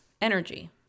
energy